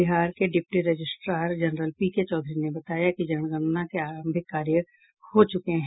बिहार के deputy registrar general PK Chaudhary ने बताया कि जनगणना के आरंभिक कार्य हो चुके है